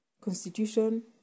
constitution